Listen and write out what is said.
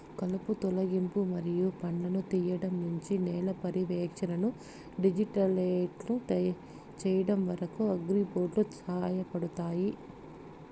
కలుపు తొలగింపు మరియు పండ్లను తీయడం నుండి నేల పర్యవేక్షణను డిజిటలైజ్ చేయడం వరకు, అగ్రిబోట్లు సహాయపడతాయి